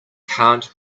can’t